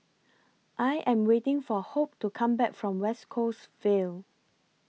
I Am waiting For Hope to Come Back from West Coast Vale